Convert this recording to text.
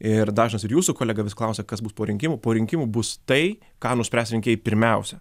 ir dažnas ir jūsų kolega vis klausia kas bus po rinkimų po rinkimų bus tai ką nuspręs rinkėjai pirmiausia